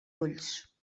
ulls